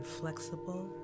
flexible